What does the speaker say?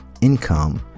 income